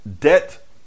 debt